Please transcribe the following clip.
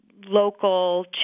local